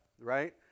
right